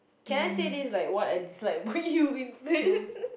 can I say this like what I dislike about you instead